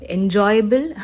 Enjoyable